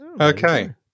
Okay